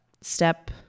Step